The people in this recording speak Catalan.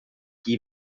qui